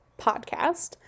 podcast